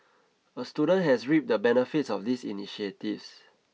a student has reaped the benefits of these initiatives